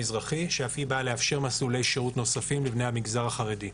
אזרחי שאף היא באה לאפשר מסלולי שירות נוספים לבני המגזר החרדי.